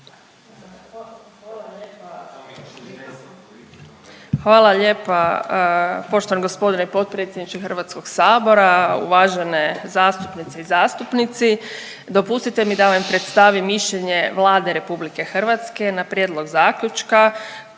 Hvala lijepa poštovani gospodine potpredsjedniče Hrvatskog sabora, uvažene zastupnice i zastupnici. Dopustite mi da vam predstavim mišljenje Vlade Republike Hrvatske na prijedlog zaključka